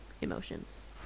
emotions